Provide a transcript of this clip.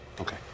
Okay